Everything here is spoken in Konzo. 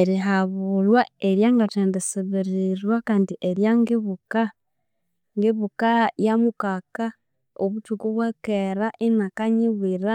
Erihabulhwa ery'angathendisibirirwa kandi eryangibuka, ngibuka yamukaka obuthuku bwakera inakanyibwira